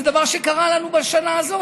זה דבר שקרה לנו בשנה הזאת,